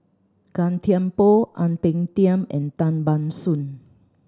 Gan Thiam Poh Ang Peng Tiam and Tan Ban Soon